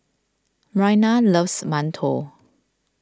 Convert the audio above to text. Myrna loves Mantou